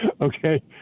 Okay